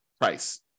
price